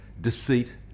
deceit